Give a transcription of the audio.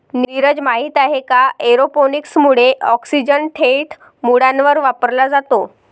नीरज, माहित आहे का एरोपोनिक्स मुळे ऑक्सिजन थेट मुळांवर वापरला जातो